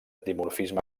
dimorfisme